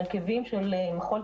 הרכבים של מחול,